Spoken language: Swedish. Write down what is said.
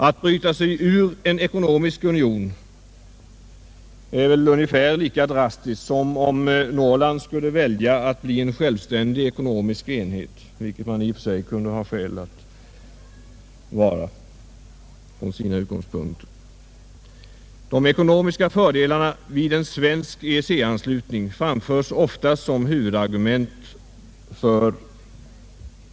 Att bryta sig ur en ekonomisk union är väl ungefär lika drastiskt som om Norrland skulle välja att bli en självständig ekonomisk enhet, vilket man i och för sig kunde ha skäl till sett från egen utgångspunkt. De ekonomiska fördelarna vid en svensk EEC-anslutning framförs oftast som ett huvudargument.